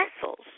vessels